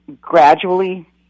gradually